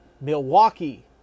Milwaukee